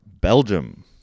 Belgium